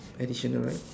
additional right